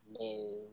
No